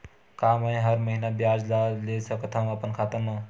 का मैं हर महीना ब्याज ला ले सकथव अपन खाता मा?